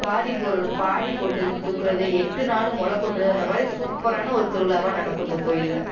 பாரி போடுறது பாரி போட்டதுக்கு தூக்கறது எட்டு நாளும் மொளை கொட்டுறது அந்தமாதிரி சூப்பரான ஒரு திருவிழாவா நடக்கும் இந்த கோயிலில்